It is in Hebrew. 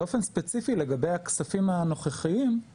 באופן ספציפי לגבי הכספים הנוכחיים, שמדובר,